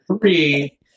three